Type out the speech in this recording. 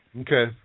Okay